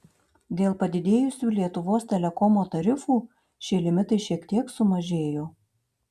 dėl padidėjusių lietuvos telekomo tarifų šie limitai šiek tiek sumažėjo